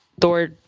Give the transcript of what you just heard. Thor